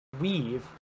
weave